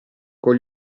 con